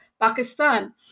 Pakistan